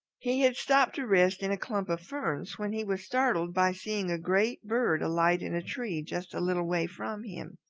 he had stopped to rest in a clump of ferns when he was startled by seeing a great bird alight in a tree just a little way from him.